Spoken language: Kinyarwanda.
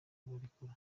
kubarekura